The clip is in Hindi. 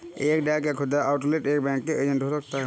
एक डाक या खुदरा आउटलेट एक बैंकिंग एजेंट हो सकता है